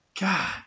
God